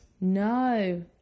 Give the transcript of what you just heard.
No